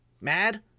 mad